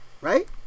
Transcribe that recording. Right